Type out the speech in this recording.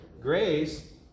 Grace